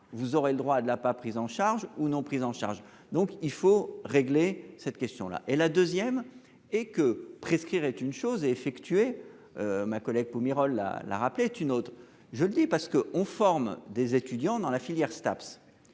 Vous aurez le droit de la pas prise en charge ou non prise en charge. Donc il faut régler cette question là et la deuxième et que Prescrire est une chose est effectué. Ma collègue la la rappeler une autre, je le dis parce que on forme des étudiants dans la filière Staps.